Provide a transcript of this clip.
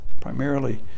primarily